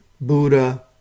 Buddha